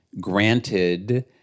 granted